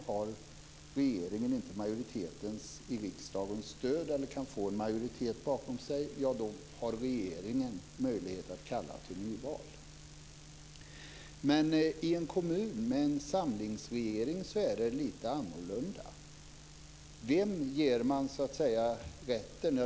Har regeringen inte riksdagsmajoritetens stöd, eller kan den inte få en majoritet bakom sig, har regeringen möjlighet att kalla till nyval. I en kommun med en samlingsregering är det lite annorlunda.